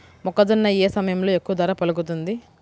మొక్కజొన్న ఏ సమయంలో ఎక్కువ ధర పలుకుతుంది?